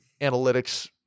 analytics